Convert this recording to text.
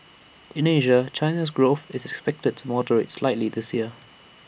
in Asia China's growth is expected to moderate slightly this year